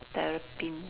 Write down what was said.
terrapin